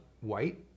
white